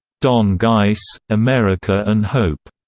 don geiss, america and hope,